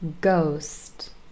ghost